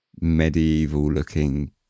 medieval-looking